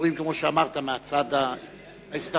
ברורים כמו שאמרת מהצד האסלאמי.